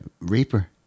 Reaper